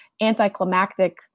anticlimactic